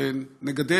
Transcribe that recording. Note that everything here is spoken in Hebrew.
ונגדל,